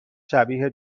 شبیه